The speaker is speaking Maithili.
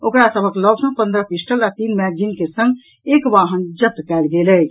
ओकरा सभक लडग सॅ पन्द्रह पिस्टल आ तीन मैंग्जिन के संग एक वाहन जब्त कयल गेल अछि